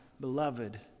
beloved